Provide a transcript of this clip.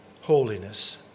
holiness